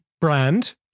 brand